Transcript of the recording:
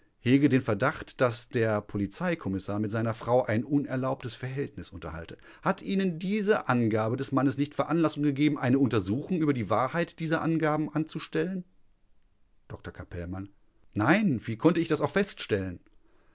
hege den verdacht daß der polizeikommissar mit seiner frau ein unerlaubtes verhältnis unterhalte hat ihnen diese angabe des mannes nicht veranlassung gegeben eine untersuchung über die wahrheit dieser angaben anzustellen dr capellmann nein wie konnte ich das auch feststellen